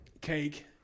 Cake